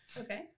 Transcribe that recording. Okay